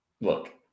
look